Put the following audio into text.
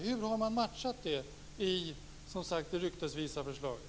Hur har man alltså matchat det i det ryktesvisa förslaget?